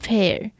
Pair